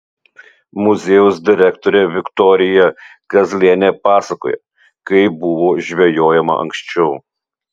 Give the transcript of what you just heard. muziejaus direktorė viktorija kazlienė pasakoja kaip buvo žvejojama anksčiau